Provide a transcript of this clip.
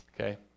Okay